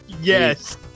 Yes